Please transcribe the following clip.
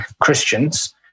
Christians